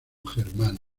germano